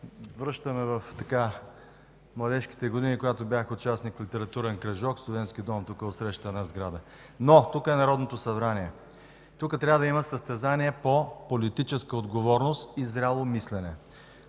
връща ме в младежките години, когато бях участник в литературен кръжок в Студентския дом – тук, отсреща една сграда. Но тук е Народното събрание, тук трябва да има състезание по политическа отговорност и зряло мислене.